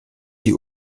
sie